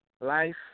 Life